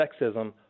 sexism